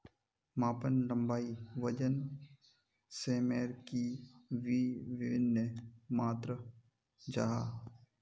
मापन लंबाई वजन सयमेर की वि भिन्न मात्र जाहा?